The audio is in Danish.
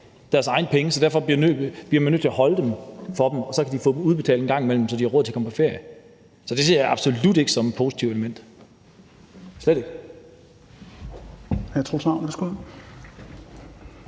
deres egne penge, så derfor bliver man nødt til at holde på dem, og så kan de få dem udbetalt en gang imellem, så de har råd til at komme på ferie. Det ser jeg absolut ikke som et positivt element, slet ikke.